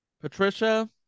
Patricia